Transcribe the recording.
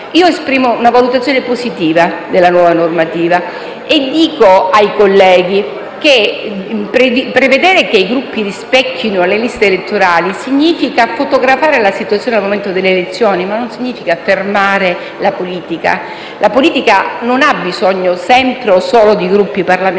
esprimo una valutazione positiva sulla nuova normativa. Dico ai colleghi che prevedere che i Gruppi rispecchino le liste elettorali significa fotografare la situazione al momento delle elezioni, e non fermare la politica. La politica non ha bisogno sempre o solo di Gruppi parlamentari.